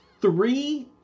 three